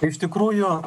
iš tikrųjų